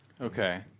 Okay